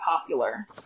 popular